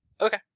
Okay